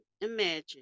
imagine